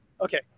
Okay